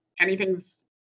Anything's